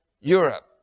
Europe